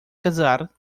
casar